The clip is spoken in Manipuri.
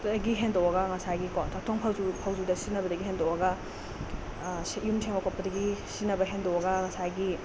ꯑꯗꯨꯗꯒꯤ ꯍꯦꯟꯗꯣꯛꯑꯒ ꯉꯁꯥꯏꯒꯤꯀꯣ ꯆꯥꯛꯊꯣꯡ ꯐꯧꯁꯨ ꯐꯧꯁꯨꯗ ꯁꯤꯖꯤꯟꯅꯕꯗꯒꯤ ꯍꯦꯟꯗꯣꯛꯑꯒ ꯌꯨꯝ ꯁꯦꯡꯕ ꯈꯣꯠꯄꯗꯒꯤ ꯁꯤꯖꯤꯟꯅꯕ ꯍꯦꯟꯗꯣꯛꯑꯒ ꯉꯁꯥꯏꯒꯤ